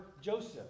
Joseph